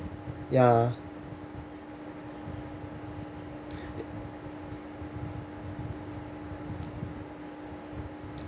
ya